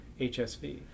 HSV